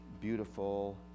beautiful